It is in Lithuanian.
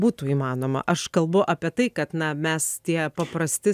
būtų įmanoma aš kalbu apie tai kad na mes tie paprasti